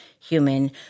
human